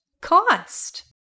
cost